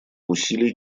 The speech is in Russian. усилий